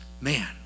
man